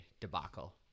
debacle